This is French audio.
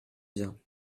bien